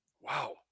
Wow